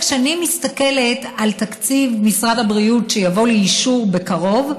כשאני מסתכלת על תקציב משרד הבריאות שיבוא לאישור בקרוב,